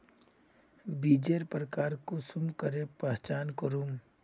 बीजेर प्रकार कुंसम करे पहचान करूम?